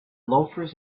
loafers